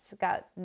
Got